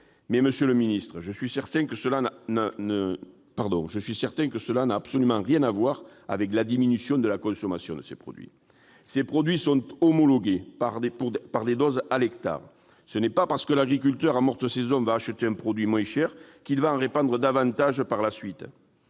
monsieur le ministre, je suis certain que cela n'a absolument rien à voir avec la diminution de la consommation. Ces produits sont homologués pour des doses à l'hectare. Ce n'est pas parce que l'agriculteur, en morte saison, va acheter un produit moins cher qu'il va en répandre davantage par la suite.